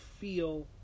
feel